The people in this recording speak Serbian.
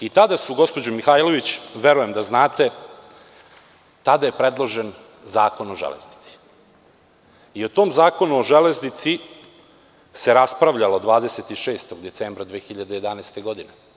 I tada su, gospođo Mihajlović, verujem da znate, i tada je predložen Zakon o železnici i o tom Zakonu o železnici se raspravljalo 26. decembra 2011. godine.